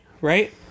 right